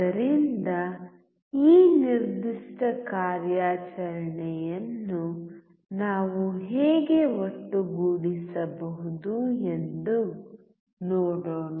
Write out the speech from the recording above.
ಆದ್ದರಿಂದ ಈ ನಿರ್ದಿಷ್ಟ ಕಾರ್ಯಾಚರಣೆಯನ್ನು ನಾವು ಹೇಗೆ ಒಟ್ಟುಗೂಡಿಸಬಹುದು ಎಂದು ನೋಡೋಣ